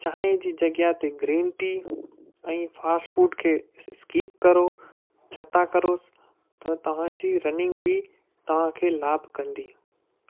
चांहि जी जॻहि ते ग्रीन टी ऐं फास्ट फूड खे स स्किप करो जता करोसि त तव्हांजी रनिंग बि तव्हांखे लाभ कंदी